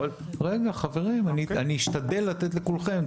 חברים, אני אשתדל לתת לכולכם.